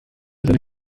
seine